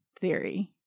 theory